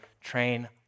train